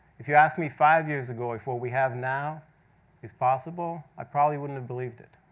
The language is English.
if you ask me five years ago, if what we have now is possible, i probably wouldn't have believed it.